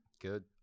Good